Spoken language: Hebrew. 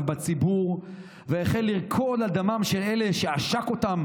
בציבור והחל לרקוד על דמם של אלה שעשק אותם